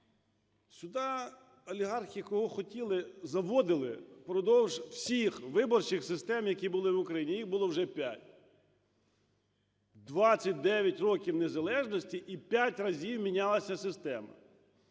Сюди олігархи, кого хотіли, заводили впродовж усіх виборчих систем, які були в Україні. Їх було вже 5. 29 років незалежності - і п'ять разів мінялася система.